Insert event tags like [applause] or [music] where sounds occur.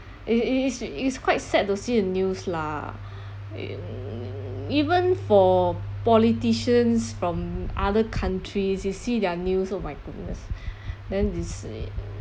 it it it is uh it's quite sad to see a news lah [noise] even for politicians from other countries you see their news oh my goodness then this [noise]